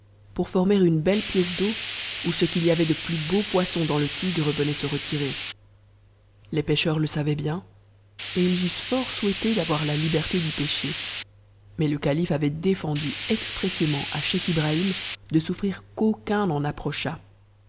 pour former une helle pièce d'eau où ce qu'il y avait de plus beau poisson dans le tigre venait se retirer les pêcheurs le savaient bien et ils eussent fort souhaite d'avoir la liberté d'y pêcher mais le calife avait défendu expressét ment à scheich ibrahim de souffrir qu'aucun en